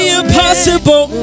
impossible